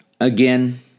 again